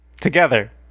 together